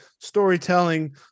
storytelling